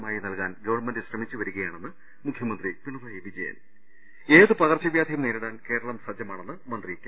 തമായി നൽകാൻ ഗവൺമെന്റ് ശ്രമിച്ചുവരിക്യാണെന്ന് മുഖ്യമന്ത്രി പിണറായി വിജയൻ ഏതു പകർച്ചവൃാധിയും നേരിടാൻ കേരളം സജ്ജമാണെന്ന് മന്ത്രി കെ